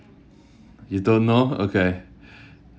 you don't know okay